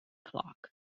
clock